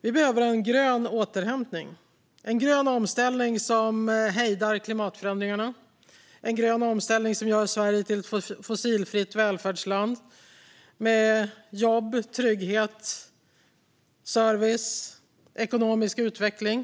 Vi behöver en grön återhämtning - en grön omställning som hejdar klimatförändringarna, en grön omställning som gör Sverige till ett fossilfritt välfärdsland med jobb, trygghet, service och ekonomisk utveckling.